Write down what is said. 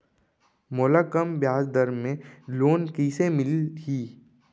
मोला कम ब्याजदर में लोन कइसे मिलही?